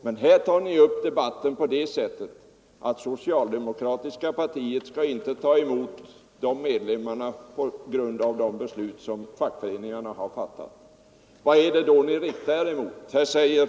Men här tar ni upp debatten på det sättet att socialdemokratiska partiet inte skall ta emot de medlemmar som kollektivanslutits. Vad är det då ni riktar er emot?